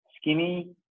skinny